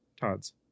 todd's